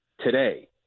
today